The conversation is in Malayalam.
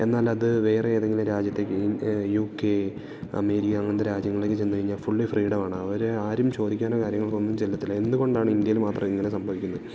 എന്നാലത് വേറെ ഏതെങ്കിലും രാജ്യത്തേക്ക് യു യു ക്കെ അമേരിക്ക അങ്ങനത്തെ രാജ്യങ്ങളേക്ക് ചെന്ന് കഴിഞ്ഞാൽ ഫുള്ളി ഫ്രീഡമാണ് അവർ ആരും ചോദിക്കാനോ കാര്യങ്ങൾക്കോ ഒന്നും ചെല്ലത്തില്ല എന്ത് കൊണ്ടാണ് ഇന്ത്യയിൽ മാത്രം ഇങ്ങനെ സംഭവിക്കുന്നത്